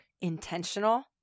intentional